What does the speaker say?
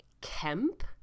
Kemp